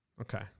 Okay